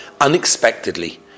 Unexpectedly